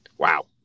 Wow